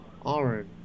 orange